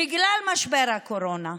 בגלל משבר הקורונה,